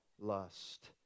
lust